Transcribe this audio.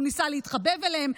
הוא ניסה להתחבב עליהם.